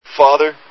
Father